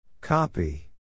Copy